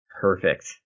Perfect